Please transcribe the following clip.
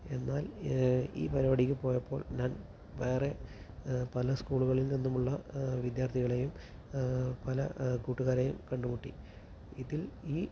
എന്നാൽ ഈ പരുപാടിക്ക് പോയപ്പോൾ ഞാൻ വേറെ പല സ്കൂളുകളിൽ നിന്നുമുള്ള വിദ്യാർത്ഥികളെയും പല കൂട്ടുകാരെയും കണ്ടു മുട്ടി ഇതിൽ ഈ